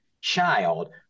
child